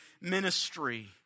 ministry